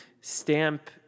stamp